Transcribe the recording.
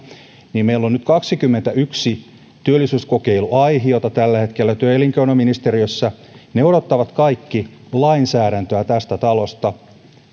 meillä on nyt kaksikymmentäyksi työllisyyskokeiluaihiota tällä hetkellä työ ja elinkeinoministeriössä ne odottavat kaikki lainsäädäntöä tästä talosta